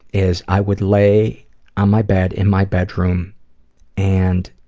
is, i would lay on my bed in my bedroom and,